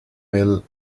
mill